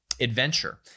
adventure